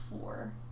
four